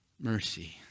mercy